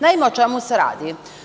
Naime, o čemu se radi?